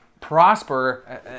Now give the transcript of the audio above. prosper